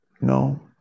No